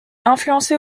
influencé